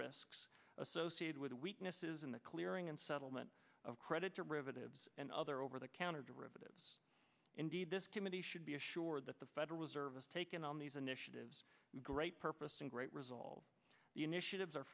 risks associated with weaknesses in the clearing and settlement of credit derivatives and other over the counter derivatives indeed this committee should be assured that the federal reserve is taking on these initiatives great purpose and great result the initiatives